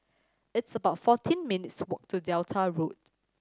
it's about fourteen minutes' walk to Delta Road